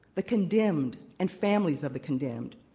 the condemned, and families of the condemned,